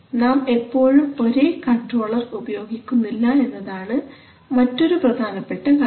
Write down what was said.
നാം എപ്പോഴും ഒരേ കൺട്രോളർ ഉപയോഗിക്കുന്നില്ല എന്നതാണ് മറ്റൊരു പ്രധാനപ്പെട്ട കാര്യം